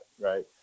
right